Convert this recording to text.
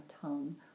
tongue